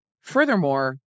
Furthermore